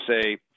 say